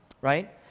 right